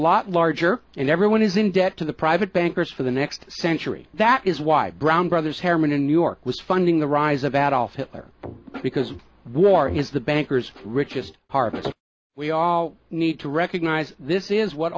lot larger and everyone is in debt to the private bankers for the next century that is why brown brothers harriman in new york was funding the rise of adult hitler because war is the bankers richest we all need to recognize this is what